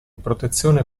protezione